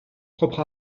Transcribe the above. propre